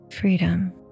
freedom